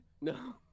No